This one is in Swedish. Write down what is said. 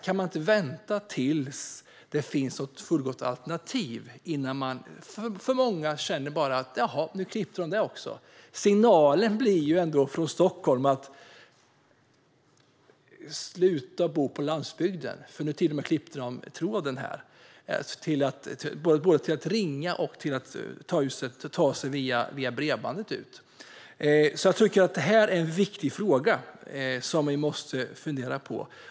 Kan man inte vänta tills det finns ett fullgott alternativ innan man gör som många känner att man gjort: Jaha, nu klippte de det också. Signalen från Stockholm blir: Sluta bo på landsbygden, för nu klipper de tråden där, både när det gäller att ringa och att ta sig ut via bredband! Jag tycker att detta är en viktig fråga som vi måste fundera på.